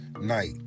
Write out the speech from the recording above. night